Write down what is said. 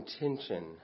intention